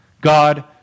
God